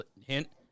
hint